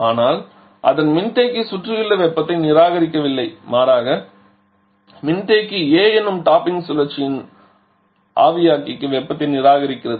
ஆனால் அதன் மின்தேக்கி சுற்றியுள்ள வெப்பத்தை நிராகரிக்கவில்லை மாறாக மின்தேக்கி A எனும் டாப்பிங் சுழற்சியின் ஆவியாக்கிக்கு வெப்பத்தை நிராகரிக்கிறது